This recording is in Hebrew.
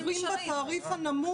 אנחנו עוברים בתעריף הנמוך.